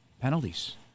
penalties